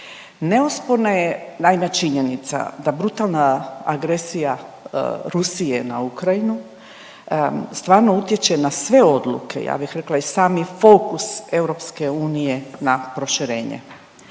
Neosporna je naime činjenica da brutalna agresija Rusije na Ukrajinu stvarno utječe na sve odluke ja bih rekla i sami fokus EU na proširenje.